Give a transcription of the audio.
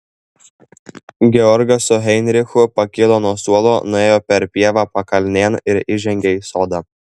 georgas su heinrichu pakilo nuo suolo nuėjo per pievą pakalnėn ir įžengė į sodą